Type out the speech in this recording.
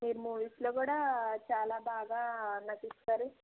మీరు మూవీస్లో కూడా చాలా నటిస్తారు